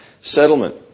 settlement